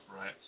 right